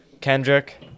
kendrick